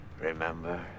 Remember